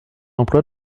emploi